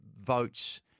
votes